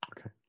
Okay